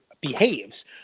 behaves